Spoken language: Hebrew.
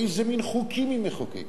איזה מין חוקים היא מחוקקת?